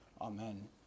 Amen